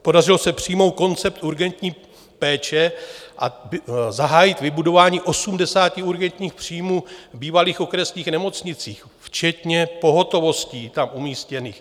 Podařilo se přijmout koncept urgentní péče a zahájit budování 80 urgentních příjmů v bývalých okresních nemocnicích, včetně pohotovostí tam umístěných.